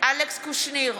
אלכס קושניר,